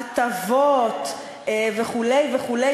הטבות וכו' וכו',